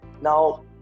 Now